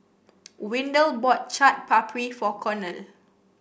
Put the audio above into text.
Windell bought Chaat Papri for Cornel